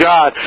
God